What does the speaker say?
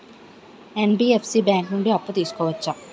NBFC bank నుండి అప్పు తీసుకోవచ్చా?